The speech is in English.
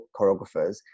choreographers